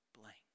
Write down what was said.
blank